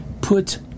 put